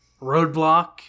Roadblock